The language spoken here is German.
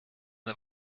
der